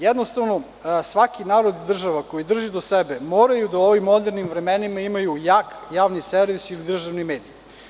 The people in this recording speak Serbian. Jednostavno svaki narod, država koji drže do sebe, moraju da u ovim modernim vremenima imaju jak javni servis i državni medij.